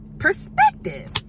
perspective